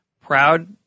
proud